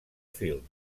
film